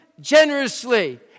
generously